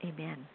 Amen